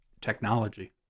technology